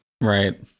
right